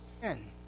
sin